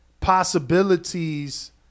Possibilities